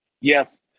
yes